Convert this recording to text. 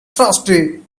thirsty